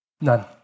None